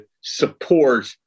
support